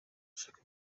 ushaka